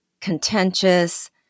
contentious